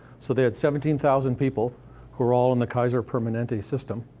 so they had seventeen thousand people who were all in the kaiser permanente system,